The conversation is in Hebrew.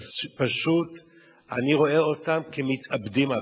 שאני רואה אותם כמתאבדים בכביש.